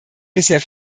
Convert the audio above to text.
bisher